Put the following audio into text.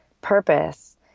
purpose